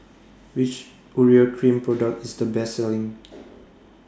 Which Urea Cream Product IS The Best Selling